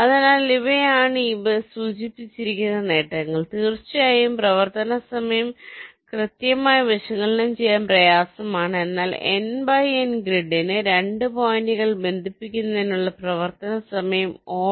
അതിനാൽ ഇവയാണ് ഇവ സൂചിപ്പിച്ചിരിക്കുന്ന നേട്ടങ്ങൾ തീർച്ചയായും പ്രവർത്തന സമയം കൃത്യമായി വിശകലനം ചെയ്യാൻ പ്രയാസമാണ് എന്നാൽ N ബൈ N ഗ്രിഡിന് 2 പോയിന്റുകൾ ബന്ധിപ്പിക്കുന്നതിനുള്ള പ്രവർത്തന സമയം Ο